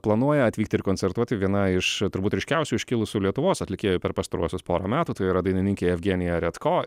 planuoja atvykti ir koncertuoti viena iš turbūt ryškiausių iškilusių lietuvos atlikėjų per pastaruosius porą metų tai yra dainininkė evgenija redko